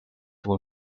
when